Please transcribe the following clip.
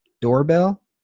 doorbell